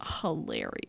hilarious